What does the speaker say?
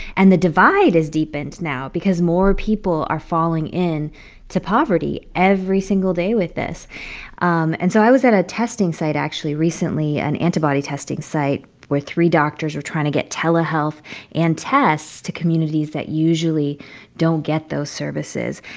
and the divide is deepened now because more people are falling into poverty every single day with this um and so i was at a testing site, actually, recently an antibody testing site where three doctors are trying to get telehealth and tests to communities that usually don't get those services.